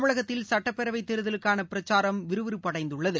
தமிழகத்தில் சட்டப்பேரவை தேர்தலுக்கான பிரச்சாரம் விறுவிறுப்படைந்துள்ளது